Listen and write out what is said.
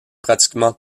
pratiquement